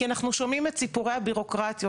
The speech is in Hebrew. כי אנחנו שומעים את סיפורי הבירוקרטיות